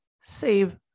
save